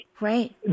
Right